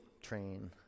train